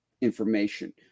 information